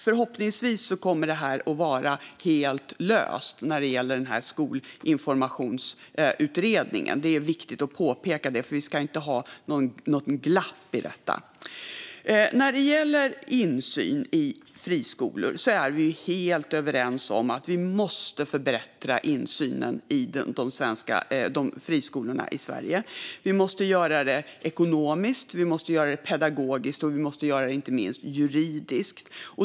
Förhoppningsvis kommer det att vara helt löst när det gäller Skolinformationsutredningen - det är viktigt att påpeka det, för vi ska inte ha något glapp i detta. Vi är helt överens om att vi måste förbättra insynen i friskolorna i Sverige, ekonomiskt, pedagogiskt och inte minst juridiskt.